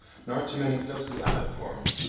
nor to many closely-allied forms,